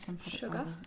Sugar